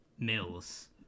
mills